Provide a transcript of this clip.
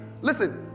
listen